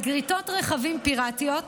על גריטות רכבים פיראטיות,